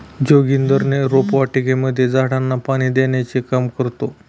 जोगिंदर रोपवाटिकेमध्ये झाडांना पाणी देण्याचे काम करतो